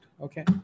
okay